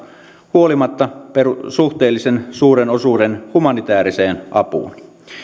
huolimatta suhteellisen suuren osuuden humanitääriseen apuun